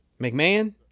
McMahon